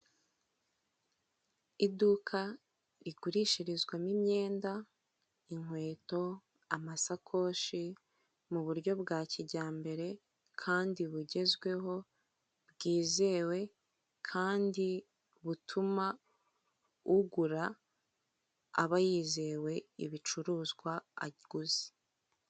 Iduka rigurishirizwamo imyenda, inkweto, amasakoshi mu buryo bwa kijyambere kandi bugezweho bwizewe kandi butuma ugura aba yizewe ibicuruzwa aguzi.